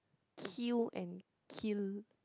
queue and kill